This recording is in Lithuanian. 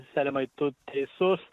selemai tu teisus